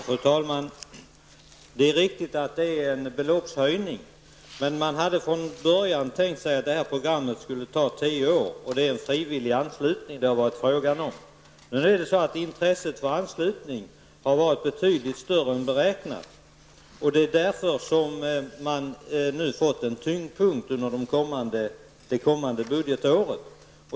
Fru talman! Det är riktigt att det är en beloppshöjning, men man hade från början tänkt sig att programmet skulle ta tio år och att det skulle bygga på frivillig anslutning. Intresset för anslutning har dock varit betydligt större än beräknat. Därför har man nu fått en tyngdpunkt under det kommande budgetåret.